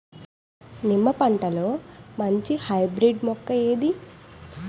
నిమ్మ పంటలో మంచి హైబ్రిడ్ మొక్క ఏది?